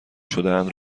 شدهاند